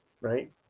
right